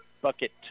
Bucket